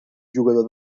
jugador